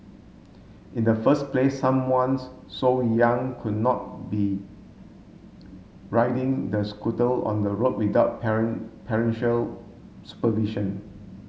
in the first place someone's so young could not be riding the on the road without supervision